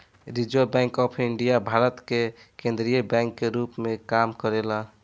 reserve bank of India Bharat के केंद्रीय bank के रूप में काम करेला